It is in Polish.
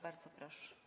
Bardzo proszę.